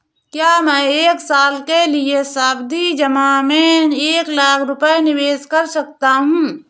क्या मैं एक साल के लिए सावधि जमा में एक लाख रुपये निवेश कर सकता हूँ?